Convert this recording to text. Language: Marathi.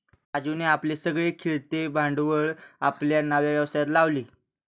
राजीवने आपले सगळे खेळते भांडवल आपल्या नव्या व्यवसायात लावले